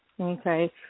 Okay